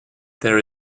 there